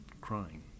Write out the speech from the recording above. crying